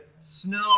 Snow